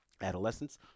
adolescents